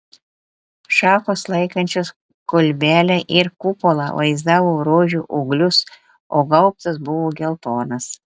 šakos laikančios kolbelę ir kupolą vaizdavo rožių ūglius o gaubtas buvo geltonas